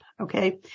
okay